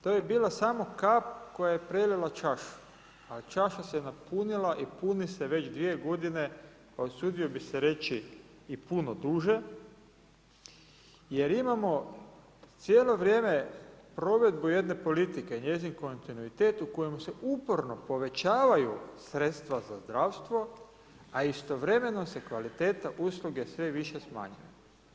To je bila samo kap koja je prelila samo čašu, a čaša se napunila i puni se već 2g. usudio bi se reći i puno duže, jer imamo cijelo vrijeme provedbu jedne politike, njezin kontinuitet u kojem se uporno povećavaju sredstva za zdravstvo, a istovremeno se kvaliteta usluge sve više smanjuje.